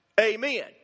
amen